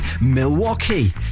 Milwaukee